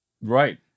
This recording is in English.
Right